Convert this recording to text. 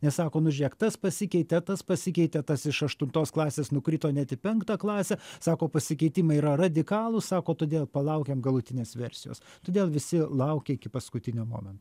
ne sako nu žiūrėk tas pasikeitė tas pasikeitė tas iš aštuntos klasės nukrito net į penktą klasę sako pasikeitimai yra radikalūs sako todėl palaukiam galutinės versijos todėl visi laukia iki paskutinio momento